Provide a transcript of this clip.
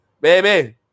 baby